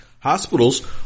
Hospitals